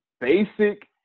basic